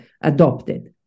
adopted